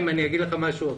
אני אגיד לך משהו.